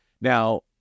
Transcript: Now